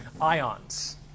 ions